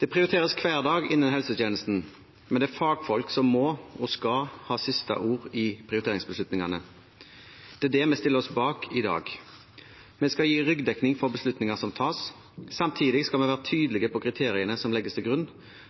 Det prioriteres hver dag innen helsetjenesten, men det er fagfolk som må og skal ha siste ord i prioriteringsbeslutningene. Det er det vi stiller oss bak i dag. Vi skal gi ryggdekning for beslutninger som tas, samtidig som vi skal være tydelige på kriteriene som legges til grunn,